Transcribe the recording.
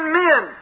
men